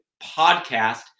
podcast